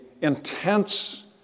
intense